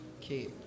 Okay